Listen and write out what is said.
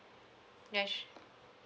yes